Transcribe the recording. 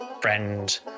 friend